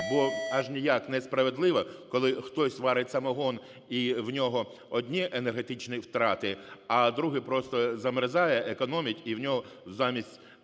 бо аж ніяк несправедливо, коли хтось варить самогон - і в нього одні енергетичні втрати, а другий просто замерзає, економить - і в нього замість